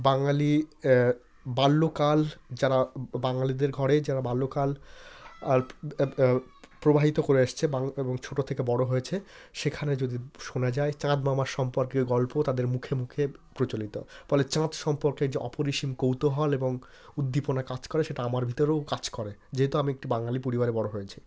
বাঙালি বাল্যকাল যারা বাঙালিদের ঘরে যারা বাল্যকাল আর প্রবাহিত করে এসছে বাং এবং ছোটো থেকে বড়ো হয়েছে সেখানে যদি শোনা যায় চাঁদ মামার সম্পর্কে গল্প তাদের মুখে মুখে প্রচলিত ফলে চাঁদ সম্পর্কে যে অপরিসীম কৌতূহল এবং উদ্দীপনা কাজ করে সেটা আমার ভিতরেও কাজ করে যেহেতু আমি একটি বাঙালি পরিবারে বড়ো হয়েছি